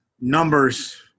numbers